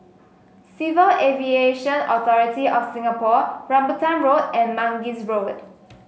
Civil Aviation Authority of Singapore Rambutan Road and Mangis Road